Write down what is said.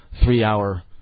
three-hour